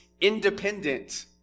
independent